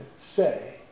say